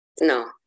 No